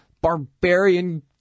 barbarian